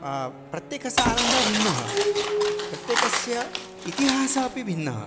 प्रत्येकस्य आनन्दः भिन्नः प्रत्येकस्य इतिहासः अपि भिन्नः